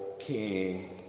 king